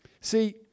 see